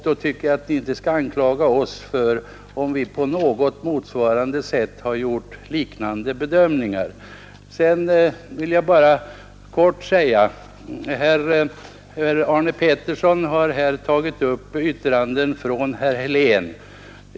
Då skall ni väl inte anklaga oss, om vi på motsvarande sätt har gjort liknande bedömningar. Herr Arne Pettersson har tagit upp yttranden av herr Helén.